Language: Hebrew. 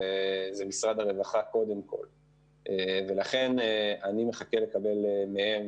זה קודם כל משרד הרווחה ולכן אני מחכה לקבל מהם,